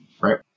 Right